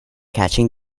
catching